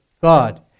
God